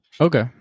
Okay